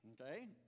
Okay